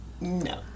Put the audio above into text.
no